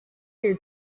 here